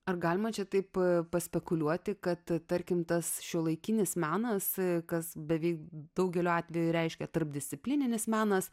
ar galima šitaip paspekuliuoti kad tarkim tas šiuolaikinis menas kas beveik daugeliu atveju reiškia tarpdisciplininis menas